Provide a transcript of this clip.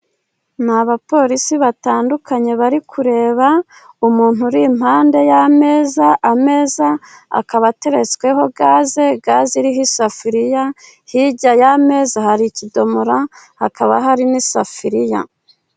Ni abapolisi batandukanye bari kureba umuntu uri impande y'ameza, ameza akaba ateretsweho gaze, gaze iriho isafuriya, hirya y' ameza hari ikidomora, hakaba hari n'isafuriya.